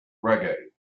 reggae